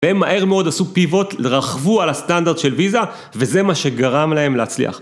והם מהר מאוד עשו PIVOT, רכבו על הסטנדרט של ויזה וזה מה שגרם להם להצליח.